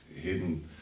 hidden